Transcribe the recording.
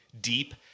deep